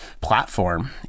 platform